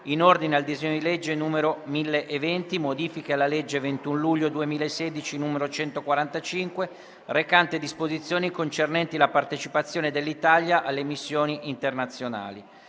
in ordine al disegno di legge n. 1020 recante: «Modifiche alla legge 21 luglio 2016, n. 145, recante disposizioni concernenti la partecipazione dell'Italia alle missioni internazionali»,